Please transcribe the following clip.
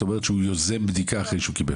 את אומרת שהוא יוזם בדיקה אחרי שהוא קיבל?